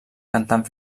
cantant